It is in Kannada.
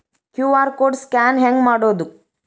ಕ್ಯೂ.ಆರ್ ಕೋಡ್ ಸ್ಕ್ಯಾನ್ ಹೆಂಗ್ ಮಾಡೋದು?